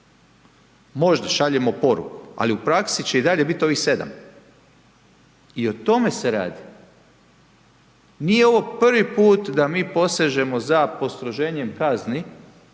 Možda šaljemo poruku ali u praksi će i dalje biti ovih 7 i o tome se radi. Nije ovo prvi put da mi posežemo za postroženjem kazni